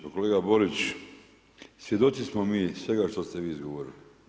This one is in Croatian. Pa kolega Borić, svjedoci smo mi svega što ste vi izgovorili.